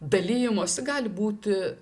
dalijimosi gali būti